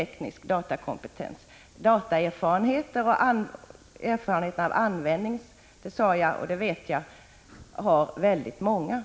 1985/86:146 teknisk datakompetens. Dataerfarenhet i form av användning av datorer är 21 maj 1986